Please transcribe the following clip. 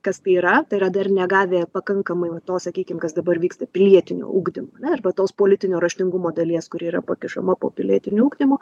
kas tai yra tai yra dar negavę pakankamai va to sakykim kas dabar vyksta pilietinio ugdymo ar ne arba tos politinio raštingumo dalies kuri yra pakišama po pilietiniu ugdymu